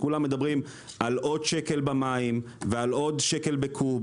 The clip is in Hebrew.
כולם מדברים על עוד שקל במים ועל עוד שקל בקוב